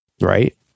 right